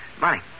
Money